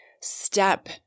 step